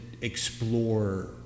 explore